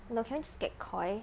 no can we just get KOI